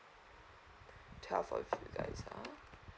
twelve of you guys ah